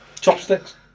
Chopsticks